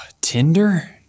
Tinder